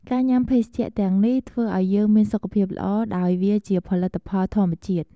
ការញុាំភេសជ្ជៈទាំងនេះ ធ្វើឱ្យយើងមានសុខភាពល្អដោយវាជាផលិតផលធម្មជាតិ។